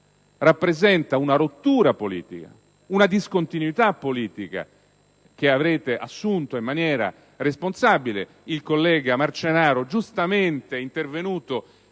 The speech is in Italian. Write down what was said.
rappresenta una rottura politica, una discontinuità politica, che certo avrete assunto in maniera responsabile. Il collega Marcenaro giustamente è intervenuto